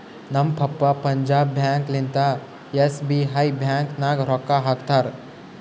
ನಮ್ papa Punjab bank ಲಿಂತಾ SBI bank ನಾಗ್ ರೊಕ್ಕಾ ಹಾಕ್ತಾರ್